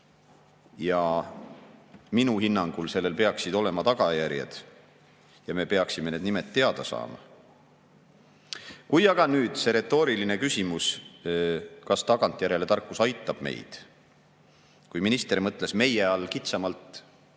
Minu hinnangul sellel peaksid olema tagajärjed. Ja me peaksime need nimed teada saama. Aga nüüd see retooriline küsimus, kas tagantjärele tarkus aitab meid. Kui minister mõtles "meie" all kitsamalt